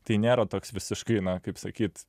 tai nėra toks visiškai kaip sakyt